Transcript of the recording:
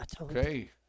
Okay